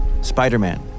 Spider-Man